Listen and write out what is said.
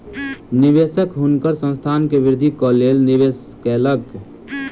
निवेशक हुनकर संस्थान के वृद्धिक लेल निवेश कयलक